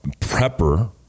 prepper